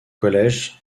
collège